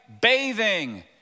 bathing